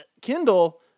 Kindle